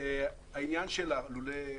העניין של לולי חופש,